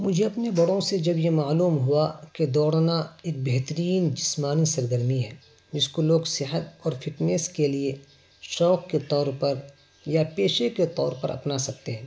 مجھے اپنے بڑوں سے جب یہ معلوم ہوا کہ دوڑنا ایک بہترین جسمانی سرگرمی ہے جس کو لوگ صحت اور فٹنیس کے لیے شوق کے طور پر یا پیشے کے طور پر اپنا سکتے ہیں